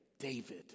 David